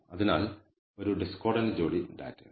അതിനാൽ ഒരു ഡിസ്കോർഡൻറ് ജോഡി ഡാറ്റയുണ്ട്